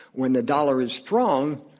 when the dollar is strong,